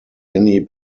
many